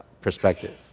perspective